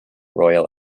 royal